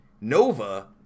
Nova